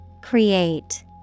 Create